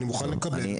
אני מוכן לקבל.